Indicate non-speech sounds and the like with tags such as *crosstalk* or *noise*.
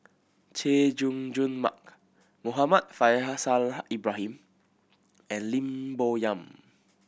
Chay Jung Jun Mark Muhammad Faishal *unintelligible* Ibrahim and Lim Bo Yam